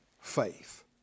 faith